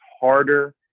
harder